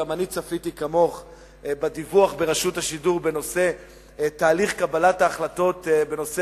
גם אני צפיתי כמוך בדיווח רשות השידור על תהליך קבלת ההחלטות בנושא